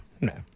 no